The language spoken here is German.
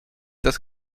das